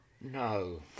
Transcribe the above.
No